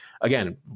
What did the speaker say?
again